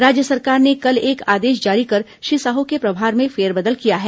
राज्य सरकार ने कल एक आदेश जारी कर श्री साहू के प्रभार में फेरबदल किया है